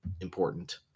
important